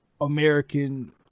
American